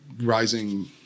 rising